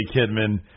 Kidman